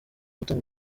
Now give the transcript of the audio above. gutanga